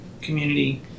community